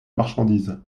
marchandise